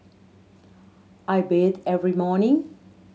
I bathe every morning